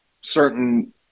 certain